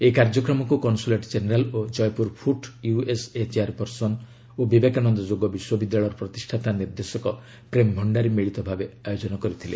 ଏହି କାର୍ଯ୍ୟକ୍ରମକୁ consulate general ଓ ଜୟପୁର ଫୁଟ୍ ୟୁଏସ୍ଏ ଚେୟାରପର୍ସନ ଓ ବିବେକାନନ୍ଦ ଯୋଗ ବିଶ୍ୱବିଦ୍ୟାଳୟର ପ୍ରତିଷାତା ନିର୍ଦ୍ଦେଶକ ପ୍ରେମ ଭଣ୍ଡାରୀ ମିଳିତ ଭାବେ ଆୟୋଜନ କରିଥିଲେ